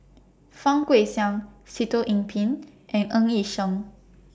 Fang Guixiang Sitoh Yih Pin and Ng Yi Sheng